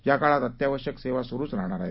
या काळात अत्यावश्यक सेवा सुरूच राहणार आहेत